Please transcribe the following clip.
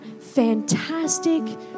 fantastic